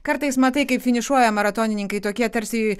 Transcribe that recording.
kartais matai kaip finišuoja maratonininkai tokie tarsi